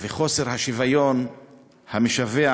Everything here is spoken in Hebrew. וחוסר השוויון המשווע